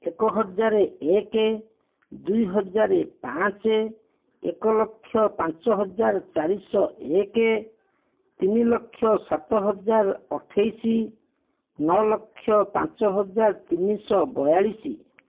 ଏକ ହଜାର ଏକ ଦୁଇ ହଜାର ପାଞ୍ଚ ଏକ ଲକ୍ଷ ପାଞ୍ଚ ହଜାର ଚାରି ଶହ ଏକ ତିନି ଲକ୍ଷ ସାତ ହଜାର ଅଠେଇଶ ନଅ ଲକ୍ଷ ପାଞ୍ଚ ହଜାର ତିନି ଶହ ବୟାଳିଶ୍